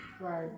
Right